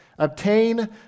obtain